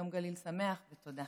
יום גליל שמח ותודה.